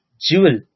jewel